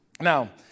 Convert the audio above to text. Now